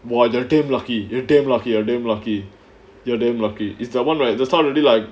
!wah! you are damn lucky you damn lucky you damn lucky you damn lucky it's the one right just not really like